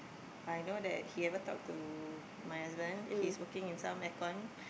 I know that he ever talk to my husband he's working in some air con